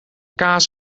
kaas